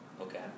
Okay